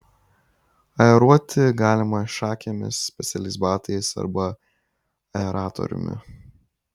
aeruoti galima šakėmis specialiais batais arba aeratoriumi